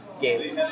games